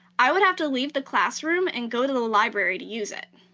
i would have to leave the classroom and go to the library to use it.